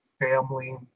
family